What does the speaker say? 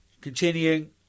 continuing